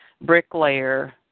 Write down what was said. bricklayer